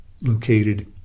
located